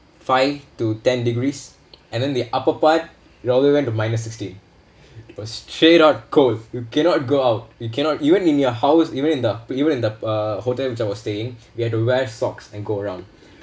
five to ten degrees and then the upper part all the way went to minor sixty it was straight out cold you cannot go out you cannot even in your house even in the even in the uh hotel which I was staying you have to wear socks and go around